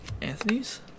Anthony's